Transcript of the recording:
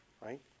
right